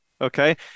Okay